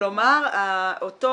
כלומר, אותו